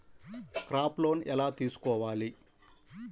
Crop loan ఎలా తీసుకోవాలి?